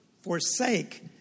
forsake